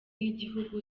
y’igihugu